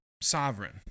sovereign